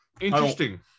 Interesting